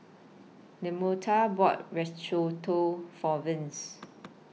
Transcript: Lamonte bought For Vince